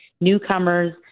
newcomers